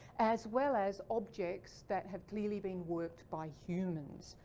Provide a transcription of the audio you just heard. as well as objects that have clearly been worked by humans.